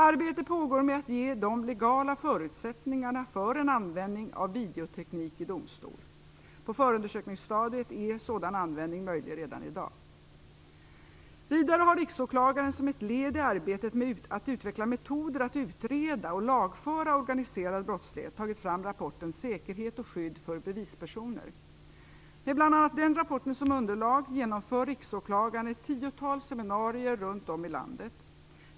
Arbete pågår med att ge de legala förutsättningarna för en användning av videoteknik vid domstol. På förundersökningsstadiet är sådan användning möjlig redan i dag. Vidare har riksåklagaren som ett led i arbetet med att utveckla metoder för att utreda och lagfara organiserad brottslighet tagit fram rapporten Säkerhet och skydd för bevispersoner. Med bl.a. den rapporten som underlag genomför riksåklagaren ett tiotal seminarier runt om i landet.